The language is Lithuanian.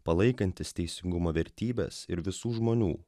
palaikantis teisingumo vertybes ir visų žmonių